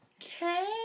Okay